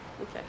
Okay